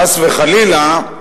חס וחלילה,